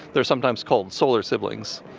they are sometimes called solar siblings.